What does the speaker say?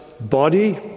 body